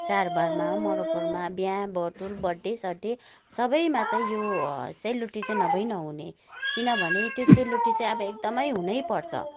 चाडबाडमा मरौपरौमा बिहाबटुल बर्थडेसड्डे सबैमा चाहिँ यो सेल रोटी चाहिँ नभइ नहुने किनभने त्यो सेल रोटी चाहिँ अब एकदमै हुनै पर्छ